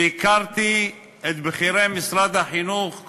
והכרתי את בכירי משרד החינוך,